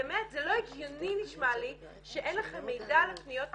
באמת זה לא נשמע לי הגיוני שאין לכם מידע על הפניות האלה,